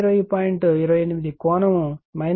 28 కోణం 53